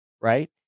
right